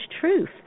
truth